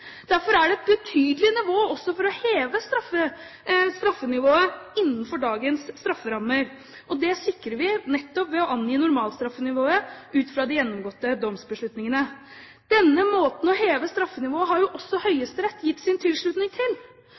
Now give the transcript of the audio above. Derfor er det et betydelig rom også for å heve straffenivået innenfor dagens strafferammer, og det sikrer vi nettopp ved å angi normalstraffenivået ut fra de gjennomgåtte domsbeslutningene. Denne måten å heve straffenivået på har jo også Høyesterett gitt sin tilslutning til.